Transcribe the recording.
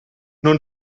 non